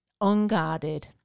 unguarded